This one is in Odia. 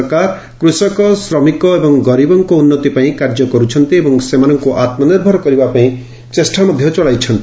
ସରକାର କୃଷକ ଶ୍ରମିକ ଏବଂ ଗରିବଙ୍କ ଉନ୍ନତି ପାଇଁ କାର୍ଯ୍ୟ କରୁଛନ୍ତି ଏବଂ ସେମାନଙ୍କୁ ଆତ୍କନିର୍ଭର କରିବା ପାଇଁ ଚେଷ୍ଟା ଚଳାଇଛନ୍ତି